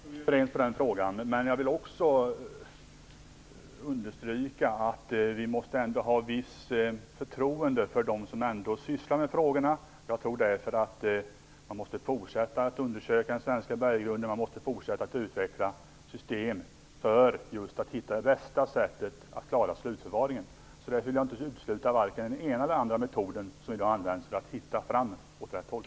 Herr talman! Vi är överens när det gäller den frågan. Men jag vill också understryka att vi ändå måste ha visst förtroende för de som sysslar med frågorna. Jag tror därför att man måste fortsätta att undersöka den svenska berggrunden, och man måste fortsätta att utveckla system för att man skall hitta det bästa sättet att klara slutförvaringen. Därför vill jag inte utesluta vare sig den ena eller andra metoden som i dag används för att man skall hitta den rätta vägen.